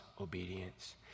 obedience